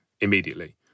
immediately